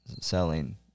selling